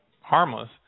harmless